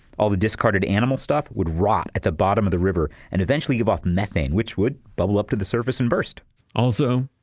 all the discarded animal stuff would rot at the bottom of the river and eventually gave of methane which would bubble up to the surface and burst also,